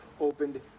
opened